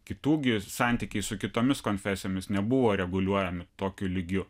kitų gi santykiai su kitomis konfesijomis nebuvo reguliuojami tokiu lygiu